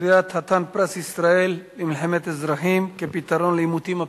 קריאת חתן פרס ישראל למלחמת אזרחים כפתרון לעימותים הפנימיים.